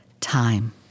Time